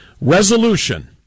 Resolution